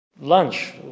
lunch